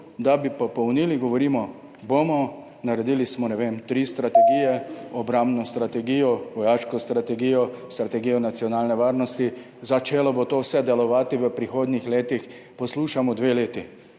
da bi popolnili, govorimo, bomo, naredili smo, ne vem, tri strategije, obrambno strategijo, vojaško strategijo, strategijo nacionalne varnosti, začelo bo to vse delovati v prihodnjih letih, poslušamo, dve leti.